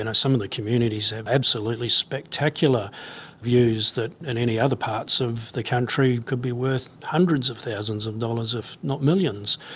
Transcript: and some of the communities have absolutely spectacular views that in any other parts of the country could be worth hundreds of thousands of dollars if not millions.